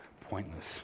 pointless